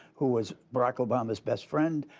who was barack obama's best friend,